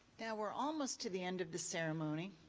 yeah we're almost to the end of the ceremony,